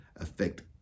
affect